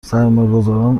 سرمایهگذاران